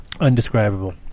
Undescribable